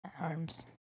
Arms